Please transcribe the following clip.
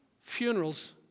funerals